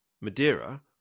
Madeira